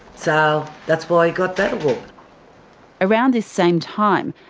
so that's why he got that around this same time,